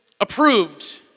approved